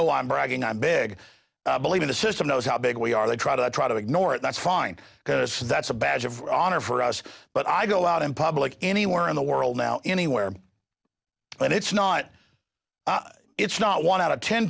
satow i'm bragging i'm big believe in the system knows how big we are they try to try to ignore it that's fine because that's a badge of honor for us but i go out in public anywhere in the world now anywhere but it's not it's not one out of ten